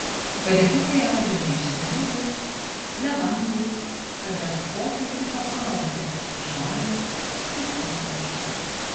padėkliukai audžiami iš smilgų levandų ar bet kokio kito augalo žalio ir kvepiančio